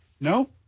No